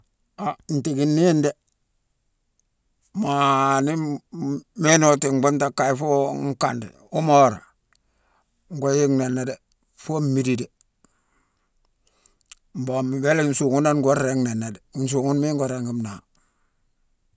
Han, ntéékine néyine dé. Maa ni m- m- ménoiti bhunta kaye foo nkandi, umu wora, ngo yéghine nanné dé. Foo mmidine dé. Mbon, mbéla nsuughune nane ngo ringi nhanné dé. Nsuughune, miine ngo ringi nnaa.